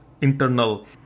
internal